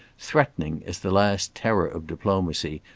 threatening, as the last terror of diplomacy,